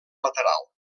lateral